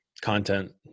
content